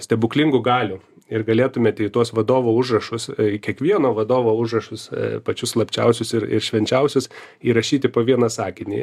stebuklingų galių ir galėtumėt į tuos vadovo užrašus kiekvieno vadovo užrašus pačius slapčiausius ir ir švenčiausius įrašyti po vieną sakinį